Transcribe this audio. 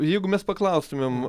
jeigu mes paklaustumėm